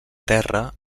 terra